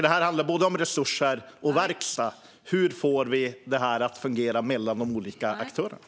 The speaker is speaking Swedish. Detta handlar både om resurser och om verkstad. Hur får vi det att fungera mellan de olika aktörerna?